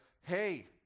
hey